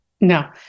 no